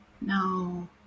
No